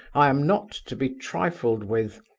i am not to be trifled with.